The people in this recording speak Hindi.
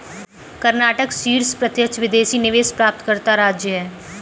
कर्नाटक शीर्ष प्रत्यक्ष विदेशी निवेश प्राप्तकर्ता राज्य है